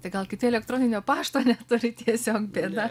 tai gal kiti elektroninio pašto turi tiesiog bėda